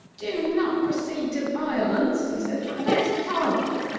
do not proceed to violence, he said let us parley.